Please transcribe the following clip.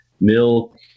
milk